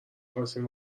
خواستین